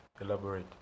Elaborate